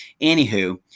Anywho